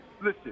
Listen